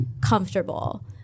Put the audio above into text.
comfortable